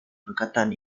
perkataan